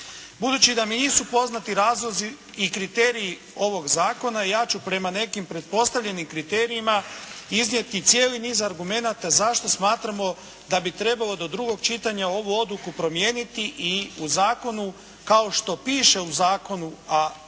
Budući da mi nisu poznati razlozi i kriteriji ovoga Zakona, ja ću prema nekim pretpostavljenim kriterijima iznijeti cijeli niz argumenata zašto smatramo da bi trebalo do drugog čitanja ovu odluku promijeniti i u zakonu, kao što piše u zakonu,